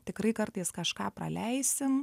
tikrai kartais kažką praleisim